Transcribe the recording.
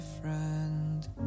friend